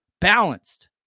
Balanced